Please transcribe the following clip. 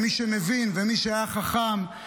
מי שמבין ומי שהיה חכם,